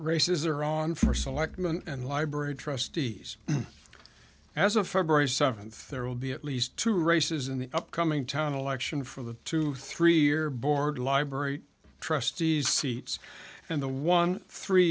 races are on for selectman and library trustees as of february seventh there will be at least two races in the upcoming town election for the two three year board library trustees seats and the one three